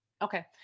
okay